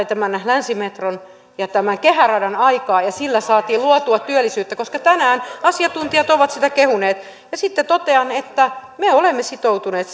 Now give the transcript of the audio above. tämän länsimetron ja tämän kehäradan aikaan ja sillä saatiin luotua työllisyyttä koska tänään asiantuntijat ovat sitä kehuneet ja sitten totean että me olemme sitoutuneet